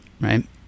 right